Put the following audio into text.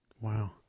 Wow